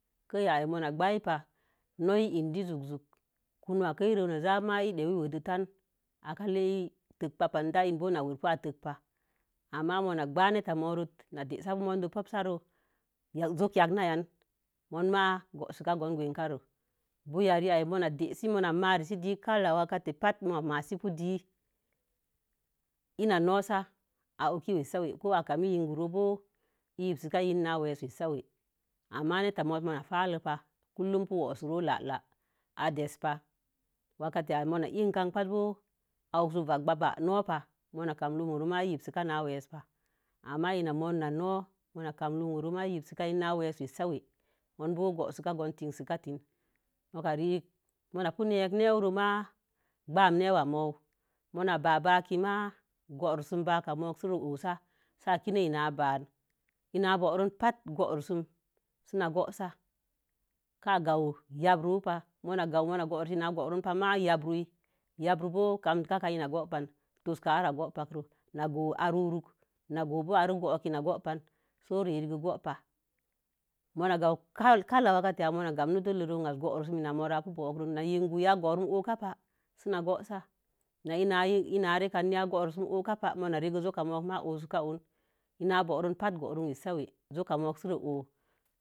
Kə̄ə̄z yaiin mō gwa'ai pa. No'ii i indii zu'u kuz. wo'uz ka kəəz re na za ma, idə i wodəi tan. ikə lei demka pa. I da inni na worke bo̱o̱ itempa. Ama mai gwate nəta mo̱o̱ronti na dəsarə kə mo̱o̱də mo̱o̱də posarə monma gwesika go̱o̱gon kwekarə. Bu'wi ya reii ma dəsi ma marrisipu kala wakətə patə ma masipu dəə inna nosah a o'oki ō wesa. ku a kami yinku ro bo̱o̱ i yisika yin na weesə we sak we. Ama neta mo̱o̱ ma falei pa kunon pu wursoru lata a dəsipa wakike i ē noon a o'suk kakwaka no̱pa mona kam numo ro ma i yin si na weesə pa. Ama inna mu na noii-ma komme numoru ma i yinkpaka na weesə wesawe. moo̱o̱n bo̱o̱ gowugaro gon. kuma tin si ka tinɔ nokə rə mo̱nami pi nek neir ma kwan newa mo̱o̱wu mona ba'a ba'a ki ma gwarsoun ba'a ka mo̱o̱ kə si na wusa ā pi na inna āgoron pa gworonsu sigo̱ wosa ka gamwu labwi pa mona gwanwu mona sə ma meina a buron pa ma ya buwi yabu bo̱o̱ katəka inna go̱o̱pa. Toka ā ra go̱o̱wun pa kə nogowu ā ru̱rok, na gowu bu a rə bo̱o̱'uz inna gopan sə rə a rə go gopa mona gawu ka lawatə a kaminu dellə, roo an āz gorusum inna mo̱o̱ro ā bu goru'ukən na yiguya gorun o'oka pa nok muna reke moma gwesika o'on. Inna’ a boron patə wesawe nonkə sina wu'u.